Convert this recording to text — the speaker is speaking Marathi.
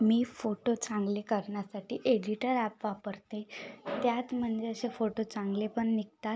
मी फोटो चांगले करन्यासाठी एडिटर ॲप वापरते त्यात म्हनजे अशे फोटो चांगलेपन निगतात